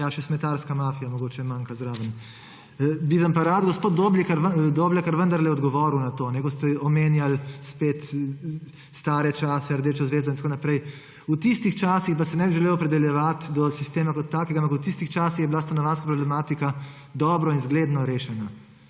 še smetarska mafija mogoče manjka zraven. Bi vam pa rad, gospod Doblekar, vendarle odgovoril na to, ko ste omenjali: stare čase, rdečo zvezdo in tako naprej. V tistih časih, pa se ne bi želel opredeljevati do sistema kot takega, ampak v tistih časih je bila stanovanjska problematika dobro in zgledno rešena.